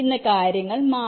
ഇന്ന് കാര്യങ്ങൾ മാറി